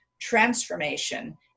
transformation